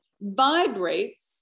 vibrates